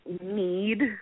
need